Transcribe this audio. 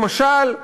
למשל,